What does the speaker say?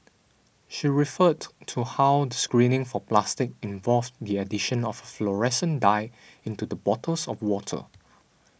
she referred to how the screening for plastic involved the addition of a fluorescent dye into the bottles of water